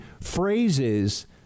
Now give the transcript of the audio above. Phrases